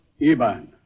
Iban